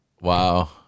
Wow